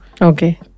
Okay